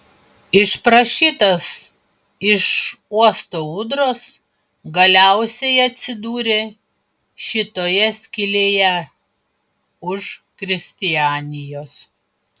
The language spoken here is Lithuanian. išprašytas iš uosto ūdros galiausiai atsidūrė šitoje skylėje už kristianijos